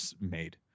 made